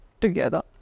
together